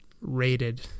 rated